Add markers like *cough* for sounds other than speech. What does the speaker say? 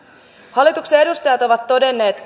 hallituksen edustajat ovat todenneet *unintelligible*